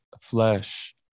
flesh